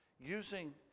using